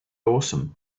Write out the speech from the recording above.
awesome